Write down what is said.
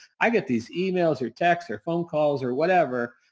i get these emails or text or phone calls or whatever,